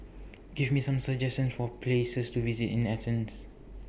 Give Me Some suggestions For Places to visit in Athens